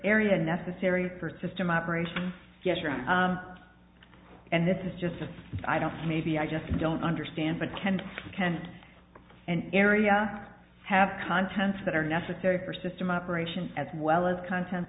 area necessary for system operations yes room and this is just a i don't know maybe i just don't understand but can can an area have contents that are necessary for system operations as well as content